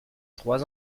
trois